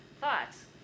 thoughts